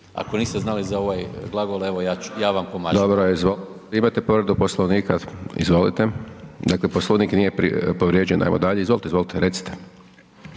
ako niste znali za ovaj glagol, evo ja vam pomažem. **Hajdaš Dončić, Siniša (SDP)** Dobro je. Imate povredu Poslovnika? Izvolite. Dakle, Poslovnik nije povrijeđen, ajmo dalje, izvolte, izvolte, recite.